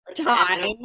time